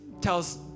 tells